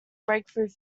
breakthrough